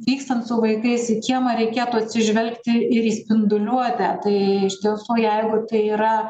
vykstant su vaikais į kiemą reikėtų atsižvelgti ir į spinduliuotę tai iš tiesų jeigu tai yra